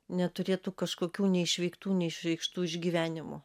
neturėtų kažkokių neišveiktų neišreikštų išgyvenimų